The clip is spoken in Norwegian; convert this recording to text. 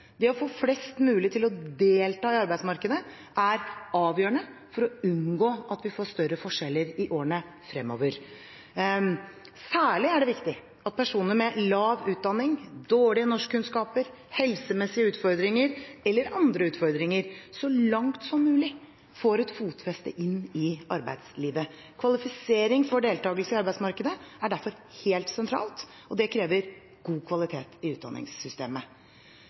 Det å få flest mulig til å delta i arbeidsmarkedet er avgjørende for å unngå at vi får større forskjeller i årene fremover. Særlig er det viktig at personer med lav utdanning, dårlige norskkunnskaper, helsemessige utfordringer eller andre utfordringer så langt som mulig får et fotfeste i arbeidslivet. Kvalifisering for deltakelse i arbeidsmarkedet er derfor helt sentralt, og det krever god kvalitet i utdanningssystemet.